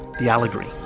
the allegory.